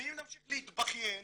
ואם נמשיך להתבכיין